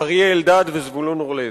אריה אלדד וזבולון אורלב.